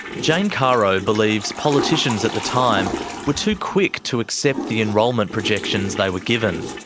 jane caro believes politicians at the time were too quick to accept the enrolment projections they were given.